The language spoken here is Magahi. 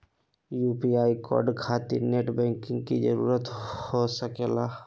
यू.पी.आई कोड खातिर नेट बैंकिंग की जरूरत हो सके ला?